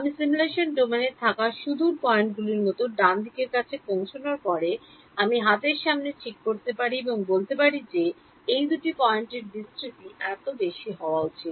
আমি সিমুলেশন ডোমেনে থাকা সুদূর পয়েন্টগুলির মতো ডানদিকের কাছে পৌঁছানোর পরে আমি হাতের সামনে ঠিক করতে পারি এবং বলে দিতে পারি যে এই দুটি পয়েন্টের বিস্তৃতি এত বেশি হওয়া উচিত